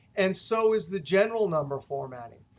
and so is the general number formatting.